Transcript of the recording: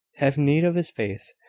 have need of this faith.